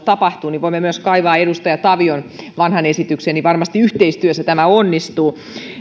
tapahtuu voimme myös kaivaa edustaja tavion vanhan esityksen ja varmasti yhteistyössä tämä onnistuu